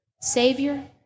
savior